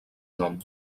nom